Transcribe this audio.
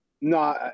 No